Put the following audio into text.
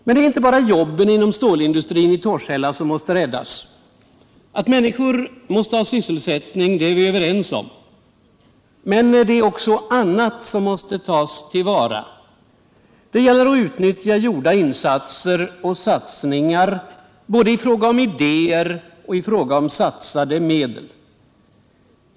Men det är inte bara jobben inom stålindustrin i Torshälla som måste räddas. Att människor måste ha sysselsättning, det är vi överens om. Men också annat måste tas till vara. Det gäller att utnyttja gjorda insatser i fråga om både idéer och satsade medel.